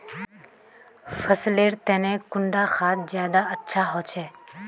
फसल लेर तने कुंडा खाद ज्यादा अच्छा होचे?